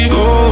go